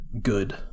good